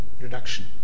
reduction